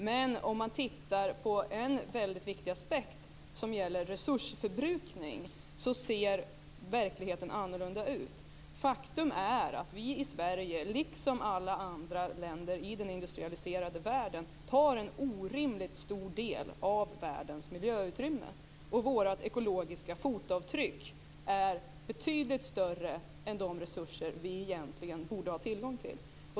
Men om man ser på den väldigt viktiga aspekten resursförbrukning ser verkligheten annorlunda ut. Faktum är att Sverige, liksom alla andra länder i den industrialiserade världen, tar i anspråk en oerhört stor del av världens miljöutrymme. Vårt ekologiska fotavtryck är betydligt större än de resurser som vi egentligen borde ha tillgång till.